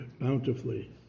bountifully